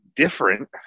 different